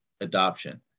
adoption